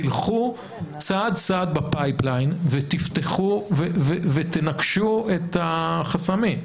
תלכו צעד צעד בפייפליין ותפתחו ותנכשו את החסמים.